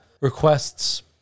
requests